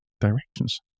directions